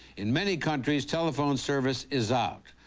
in many countrs telephone service is out.